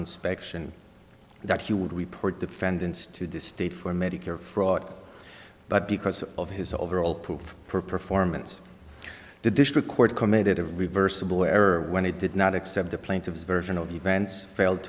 inspection that he would report defendants to the state for medicare fraud but because of his overall proof for performance the district court committed a reversible error when he did not accept the plaintiff's version of events failed